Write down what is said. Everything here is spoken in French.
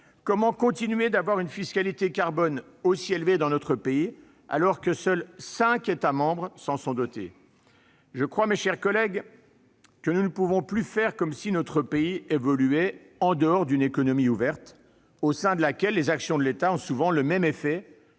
Comment continuer à imposer une fiscalité carbone aussi élevée dans notre pays, alors que seuls cinq États membres s'en sont dotés ? Je crois, mes chers collègues, que nous ne pouvons plus faire comme si notre pays évoluait en dehors d'une économie ouverte, au sein de laquelle les actions de l'État ont souvent le même effet